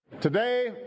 Today